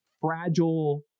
fragile